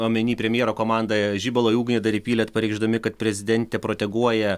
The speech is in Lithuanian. omeny premjero komandoje žibalo į ugnį dar įpylėt pareikšdami kad prezidentė proteguoja